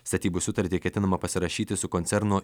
statybų sutartį ketinama pasirašyti su koncerno